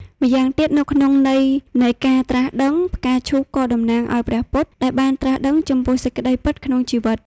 ម្យ៉ាងទៀតនៅក្នុងន័យនៃការត្រាស់ដឹងផ្កាឈូកក៏តំណាងឲ្យ ព្រះពុទ្ធ ដែលបានត្រាស់ដឹងចំពោះសេចក្ដីពិតក្នុងជីវិត។